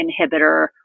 inhibitor